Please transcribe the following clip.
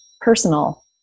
personal